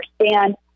understand